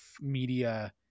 media